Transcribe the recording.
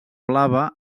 blava